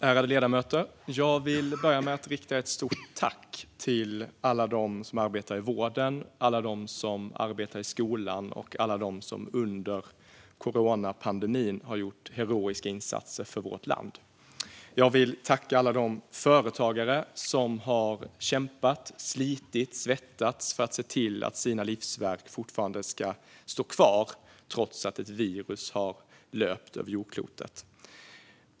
Fru talman! Jag vill börja med att rikta ett stort tack till alla dem som arbetar i vården, till alla dem som arbetar i skolan och till alla dem som under coronapandemin har gjort heroiska insatser för vårt land. Jag vill tacka alla de företagare som har kämpat, slitit och svettats för att deras livsverk ska stå kvar trots att ett virus har löpt över jordklotet.